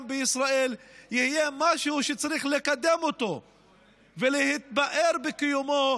בישראל יהיה משהו שצריך לקדם אותו ולהתפאר בקיומו,